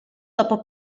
dopo